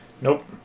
Nope